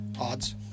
odds